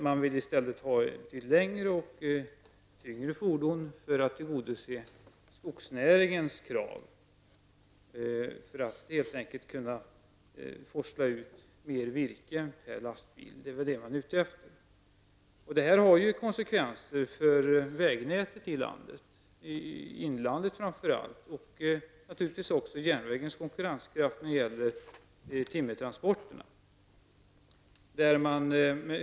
Man vill i stället ha längre och tyngre fordon för att tillgodose skogsnäringens krav på att helt enkelt kunna forsla ut mer virke per lastbil. Det är väl det man är ute efter. Detta får konsekvenser för vägnätet i landet -- framför allt i inlandet -- och det får naturligtvis också konsekvenser för järnvägens konkurrenskraft när det gäller timmertransporterna.